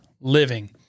living